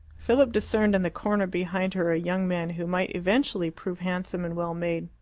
philip discerned in the corner behind her a young man who might eventually prove handsome and well-made,